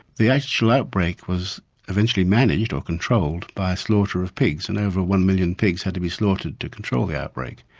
the actual outbreak was eventually managed or controlled by a slaughter of pigs and over one million pigs had to be slaughtered to control the outbreak.